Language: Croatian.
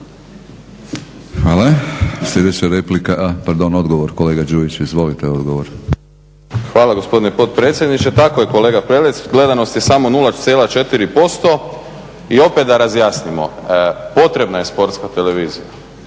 Saša (SDP)** Hvala gospodine potpredsjedniče. Tako je kolega Prelec. Gledanost je samo 0,4% i opet da razjasnimo. Potrebna je Sportska televizija.